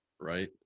Right